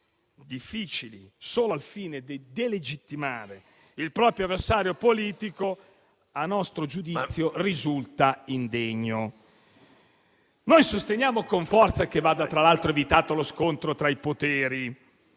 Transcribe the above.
difficili, solo al fine di delegittimare il proprio avversario politico, a nostro giudizio risulta indegno. Noi sosteniamo con forza che vada evitato lo scontro tra i poteri,